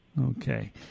Okay